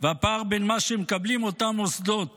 והפער בין מה שמקבלים אותם מוסדות